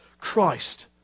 Christ